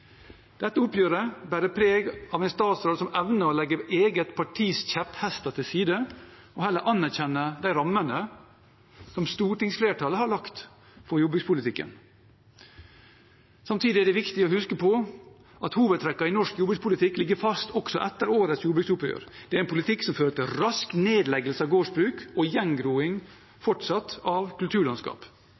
Dette oppgjøret bærer preg av en statsråd som evner å legge sitt eget partis kjepphester til side og heller anerkjenner de rammene som stortingsflertallet har lagt for jordbrukspolitikken. Samtidig er det viktig å huske på at hovedtrekkene i norsk jordbrukspolitikk ligger fast også etter årets jordbruksoppgjør. Det er en politikk som fører til rask nedleggelse av gårdsbruk og fortsatt gjengroing av kulturlandskap,